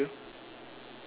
okay can sure